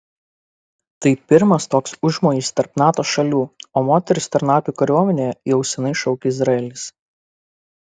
tai pirmas toks užmojis tarp nato šalių o moteris tarnauti kariuomenėje jau seniai šaukia izraelis